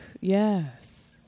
Yes